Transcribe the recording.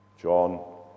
John